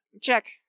Check